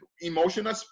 emotional